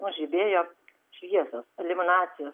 nužydėjo šviesos eliminacijos